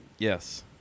Yes